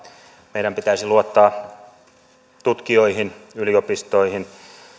meidän pitäisi luottaa tutkijoihin yliopistoihin